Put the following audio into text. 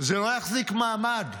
זה לא יחזיק מעמד.